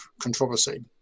controversy